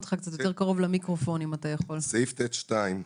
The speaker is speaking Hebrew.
תקנה ט(2),